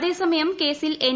അതേസമയം കേസിൽ എൻ